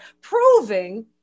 proving